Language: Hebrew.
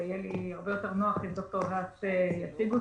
ויהיה לי הרבה יותר נוח אם ד"ר האס יציג אותו.